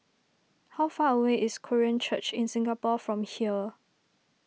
how far away is Korean Church in Singapore from here